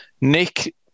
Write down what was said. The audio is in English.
Nick